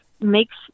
makes